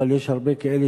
אבל יש הרבה כאלה